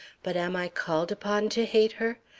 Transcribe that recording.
but am i called upon to hate her?